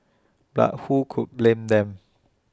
but who could blame them